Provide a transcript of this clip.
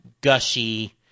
gushy